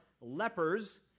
lepers